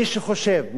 מי שחושב,